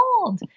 old